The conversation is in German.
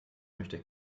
möchte